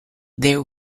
there